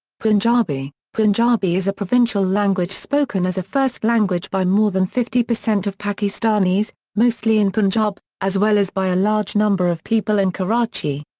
punjabi punjabi is a provincial language spoken as a first language by more than fifty percent of pakistanis, mostly in punjab, as well as by a large number of people in karachi.